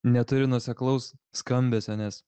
neturi nuoseklaus skambesio nes